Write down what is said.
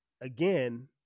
again